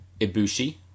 Ibushi